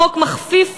החוק מכפיף